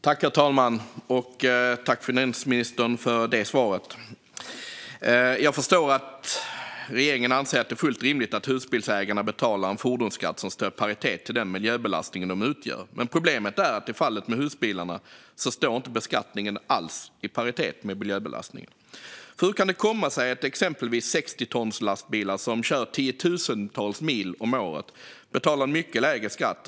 Herr talman! Tack, finansministern, för det svaret! Jag förstår att regeringen anser att det är fullt rimligt att husbilsägarna betalar en fordonsskatt som står i paritet med den miljöbelastning husbilarna utgör. Men problemet är att i fallet med husbilarna står beskattningen inte alls i paritet med miljöbelastningen. Hur kan det komma sig att man för exempelvis lastbilar på 60 ton som kör tiotusentals mil om året betalar mycket lägre skatt?